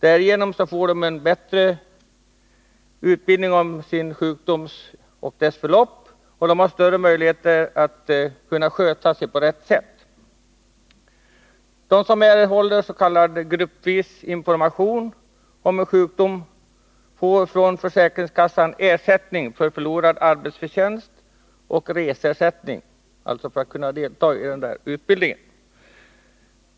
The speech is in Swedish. Därigenom får de sjuka en bättre information om sin sjukdoms förlopp, och de har då större möjligheter att sköta sig på ett lämpligt sätt. De som erhåller s.k. gruppvis information om en sjukdom får från försäkringskassan ersättning för förlorad arbetsförtjänst samt reseersättning för att kunna delta i utbildningen.